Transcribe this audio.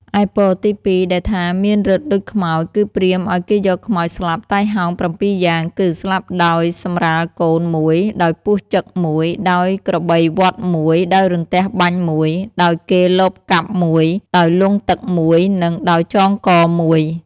ឯពរ ទី ២ ដែលថា មានឫទ្ធិដូចខ្មោច គឺព្រាហ្មណ៍ឲ្យគេយកខ្មោចស្លាប់ តៃហោង ៧ យ៉ាង គឺ ស្លាប់ដោយសម្រាលកូន ១, ដោយពស់ចឹក ១, ដោយក្របីវ័ធ ១, ដោយរន្ទះបាញ់ ១, ដោយគេលបកាប់ ១, ដោយលង់ទឹក ១, និងដោយចងក ១។